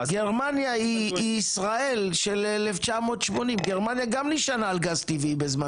גרמניה היא ישראל של 1980. גרמניה גם נשענה על גז טבעי בזמן